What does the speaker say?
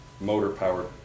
motor-powered